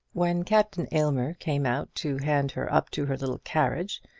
when captain aylmer came out to hand her up to her little carriage,